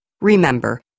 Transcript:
Remember